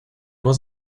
was